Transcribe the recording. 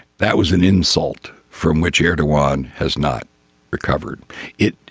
that was an insult from which air taiwan has not recovered it.